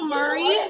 Murray